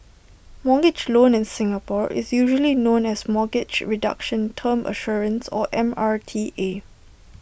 mortgage loan in Singapore is usually known as mortgage reduction term assurance or M R T A